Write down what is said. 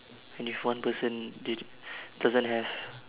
and if one person didn~ doesn't have